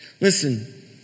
Listen